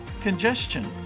congestion